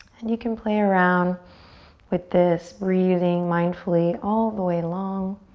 and you can play around with this, breathing mindfully all the way along.